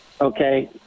Okay